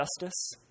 justice